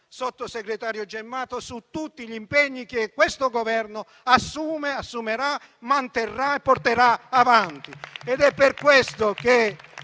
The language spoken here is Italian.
sottosegretario Gemmato su tutti gli impegni che questo Governo assumerà, manterrà e porterà avanti.